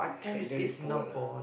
standard is Paul lah